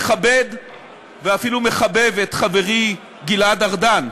מכבד ואפילו מחבב את חברי גלעד ארדן.